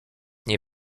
nie